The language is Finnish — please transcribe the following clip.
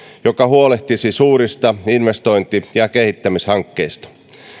joka huolehtisi suurista investointi ja kehittämishankkeista